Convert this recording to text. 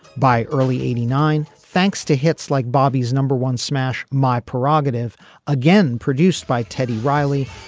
by early eighty nine thanks to hits like bobby's number one smash my prerogative again produced by teddy riley.